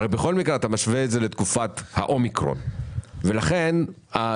הרי בכל מקרה אתה משווה את זה לתקופת האומיקרון ולכן הטענה